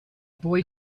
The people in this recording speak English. boy